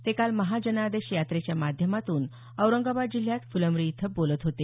ते काल महाजनादेश याट्रेच्या माध्यमातून औरंगाबाद जिल्ह्यात फुलंब्री इथं बोलत होते